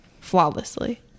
Flawlessly